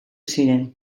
ziren